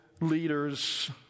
leaders